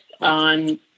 on